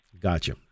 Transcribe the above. Gotcha